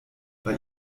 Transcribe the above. bei